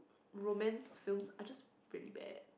romance films are just really bad